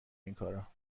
اینکارا